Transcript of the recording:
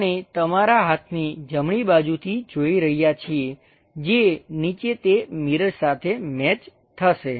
આપણે તમારા હાથની જમણી બાજુથી જોઈ રહ્યા છીએ જે નીચે તે મિરર સાથે મેચ થાશે